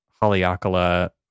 haleakala